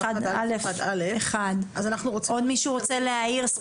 (א) עוד מישהו רוצה להעיר?